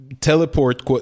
teleport